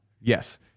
Yes